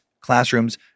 classrooms